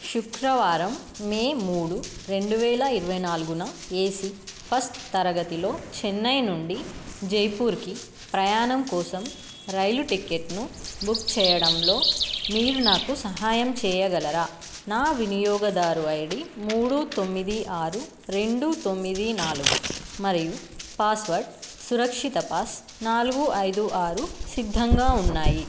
శుక్రవారం మే మూడు రెండు వేల ఇరవై నాలుగున ఏ సీ ఫస్ట్ తరగతిలో చెన్నై నుండి జైపూర్కి ప్రయాణం కోసం రైలు టిక్కెట్ను బుక్ చేయడంలో మీరు నాకు సహాయం చేయగలరా నా వినియోగదారు ఐ డీ మూడు తొమ్మిది ఆరు రెండు తొమ్మిది నాలుగు మరియు పాస్వర్డ్ సురక్షిత పాస్ నాలుగు ఐదు ఆరు సిద్ధంగా ఉన్నాయి